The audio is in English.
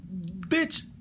bitch